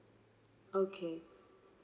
okay